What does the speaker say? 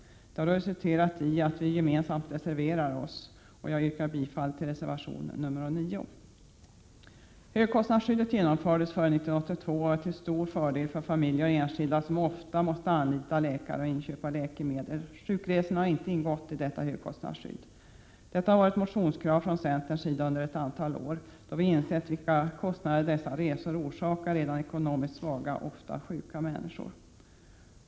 Det har då resulterat i att vi gemensamt avgivit reservation nr 9, som jag yrkar bifall till. Högkostnadsskyddet infördes före 1982 och är till stor fördel för familjer och enskilda som ofta måste anlita läkare och inköpa läkemedel. Sjukresorna har inte ingått i detta högkostnadsskydd. Centern har under ett antal år i motioner krävt att sjukresor skall ingå i högkostnadsskyddet, då vi insett vilka kostnader dessa resor orsakar redan ekonomiskt svaga och ofta sjuka människor.